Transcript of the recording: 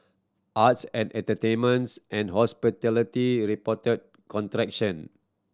arts and entertainments and hospitality reported contraction